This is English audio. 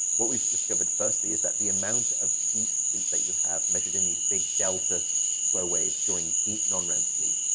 what we've discovered firstly is that the amount of deep sleep that you have measured in these big delta slow waves during deep non-rem sleep,